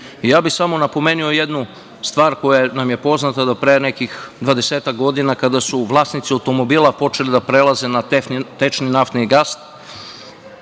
bih samo napomenuo jednu stvar koja nam je poznata. Do pre nekih dvadesetak godina, kada su vlasnici automobila počeli da prelaze na tečni naftni gas,